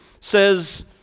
says